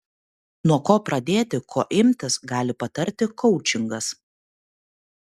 nuo ko pradėti ko imtis gali patarti koučingas